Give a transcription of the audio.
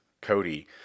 cody